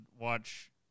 watch